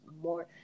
more